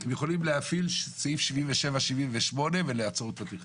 הם יכולים להפעיל סעיף 77-78 ולעצור את התכנון.